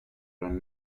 den